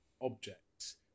objects